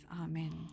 Amen